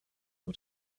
all